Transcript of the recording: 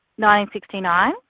1969